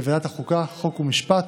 בוועדת החוקה, חוק ומשפט,